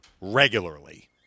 regularly